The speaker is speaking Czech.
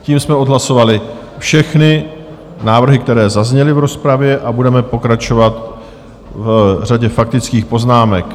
Tím jsme odhlasovali všechny návrhy, které zazněly v rozpravě, a budeme pokračovat řadě faktických poznámek.